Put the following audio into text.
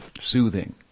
soothing